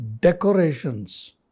decorations